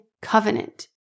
covenant